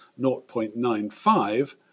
0.95